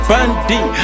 Bundy